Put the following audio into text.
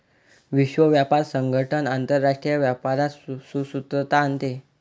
विश्व व्यापार संगठन आंतरराष्ट्रीय व्यापारात सुसूत्रता आणते